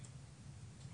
כן, הוא